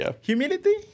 Humility